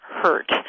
hurt